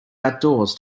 outdoors